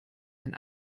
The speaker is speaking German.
ein